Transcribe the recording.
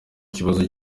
ikibazo